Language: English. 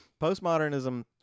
Postmodernism